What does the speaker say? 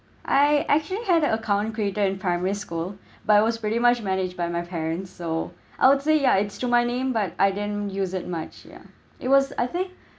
I actually had the account created in primary school but it was pretty much managed by my parents so I would say ya it's to my name but I didn't use it much yeah it was I think